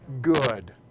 good